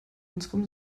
unserem